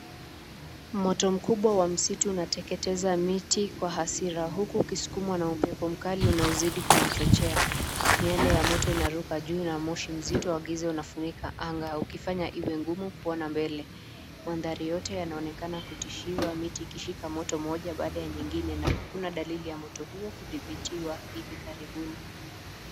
Moto mkubwa wa msitu unateketeza miti kwa hasira huku ukisukumwa na upepo mkali unao zidi kuchoche, miyale ya moto inaruka juu na moshi nzito wa giza unaofunika anga ukifanya kuwa ngumu kuona mbele manthali yote yanaonekana kutishiwa miti ikishika moto moja baada ya nyinine na hakuna dalili ya moto huo kudhibitiwa hivi karibuni.